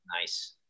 Nice